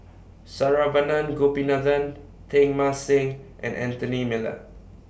Saravanan Gopinathan Teng Mah Seng and Anthony Miller